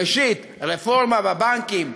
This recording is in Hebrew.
ראשית, רפורמה בבנקים,